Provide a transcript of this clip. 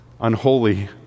unholy